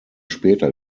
später